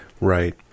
Right